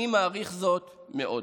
אני מעריך זאת מאוד.